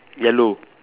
yellow